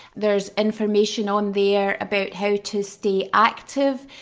there's information on there about how to stay active,